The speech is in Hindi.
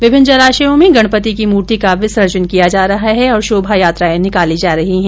विभिन्न जलाशयों में गणपति की मूर्ति का विजर्सन किया जा रहा है और शोभा यात्राएं निकाली जा रही हैं